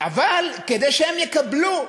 אבל כדי שהם יקבלו,